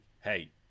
hey